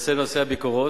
בנושא הביקורות.